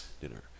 dinner